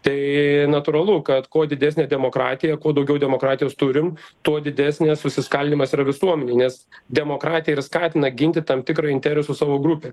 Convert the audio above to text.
tai natūralu kad kuo didesnė demokratija kuo daugiau demokratijos turim tuo didesnis susiskaldymas yra visuomenės demokratija ir skatina ginti tam tikrą interesų savo grupė